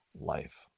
life